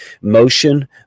motion